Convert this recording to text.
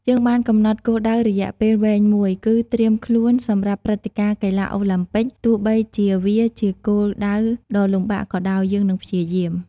យើងបានកំណត់គោលដៅរយៈពេលវែងមួយ គឺ ត្រៀមខ្លួនសម្រាប់ព្រឹត្តិការណ៍កីឡាអូឡាំពិក ទោះបីជាវាជាគោលដៅដ៏លំបាកក៏ដោយ យើងនឹងព្យាយាម។